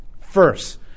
First